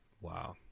Wow